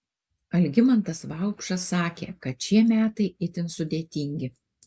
algimantas vaupšas sakė kad šie metai itin sudėtingi